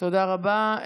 תודה רבה.